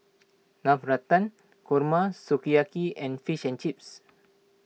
Navratan Korma Sukiyaki and Fish and Chips